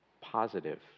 positive